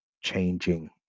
changing